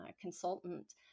consultant